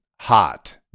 hot